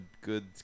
good